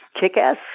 kick-ass